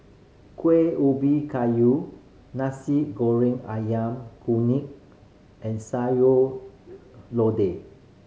Kueh Ubi Kayu Nasi Goreng Ayam Kunyit and Sayur Lodeh